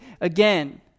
again